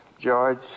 George